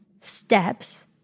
steps